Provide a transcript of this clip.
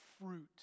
fruit